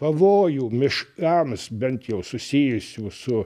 pavojų miškams bent jau susijusių su